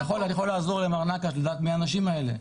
אני יכול לעזור למר נקש לדעת מיהם האנשים האלה.